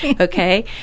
okay